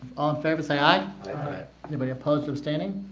favor say aye anybody opposed abstaining